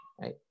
right